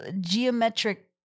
geometric